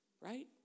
right